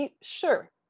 sure